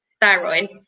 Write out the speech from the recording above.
thyroid